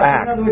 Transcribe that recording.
act